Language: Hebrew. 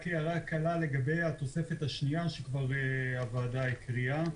רק הערה לגבי התוספת השנייה שהוועדה הקריאה.